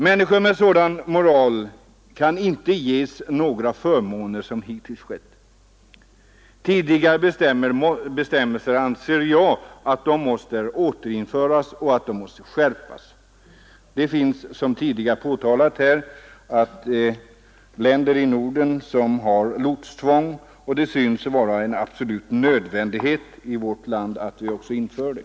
Människor med sådan moral kan inte ges några förmåner som hittills skett. Tidigare bestämmelser måste, anser jag återinföras och skärpas. Det finns, som tidigare påpekats, länder här i Norden som har lotstvång, och det synes vara en absolut nödvändighet att också vi i vårt land inför det.